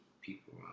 people